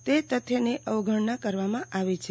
તે તથ્યની અવગણના કરવામાં આવી છે